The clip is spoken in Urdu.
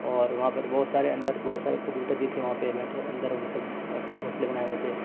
اور وہاں پر بہت سارے اندر بہت سارے کبوتر بھی تھے وہاں پہ بیٹھے اندر وہ سب اپنے گھونسلے بنائے ہوئے تھے